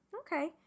Okay